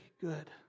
good